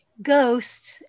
Ghosts